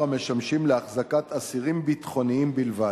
המשמשים להחזקת אסירים ביטחוניים בלבד,